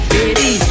Baby